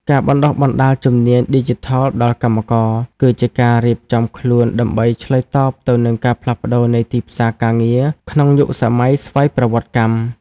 ការបណ្ដុះបណ្ដាលជំនាញឌីជីថលដល់កម្មករ គឺជាការរៀបចំខ្លួនដើម្បីឆ្លើយតបទៅនឹងការផ្លាស់ប្តូរនៃទីផ្សារការងារក្នុងយុគសម័យស្វ័យប្រវត្តិកម្ម។